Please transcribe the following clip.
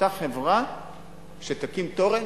אותה חברה שתקים תורן,